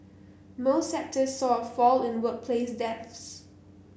most sector saw a fall in workplace deaths